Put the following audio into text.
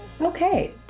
Okay